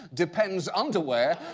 depend underwear,